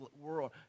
world